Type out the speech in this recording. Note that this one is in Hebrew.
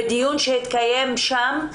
בדיון שהתקיים שם,